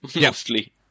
mostly